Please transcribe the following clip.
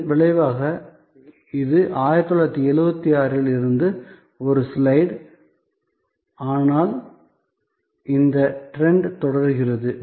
இதன் விளைவாக இது 1976 இல் இருந்து ஒரு ஸ்லைடு ஆனால் இந்த ட்ரெண்ட் தொடர்கிறது